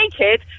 naked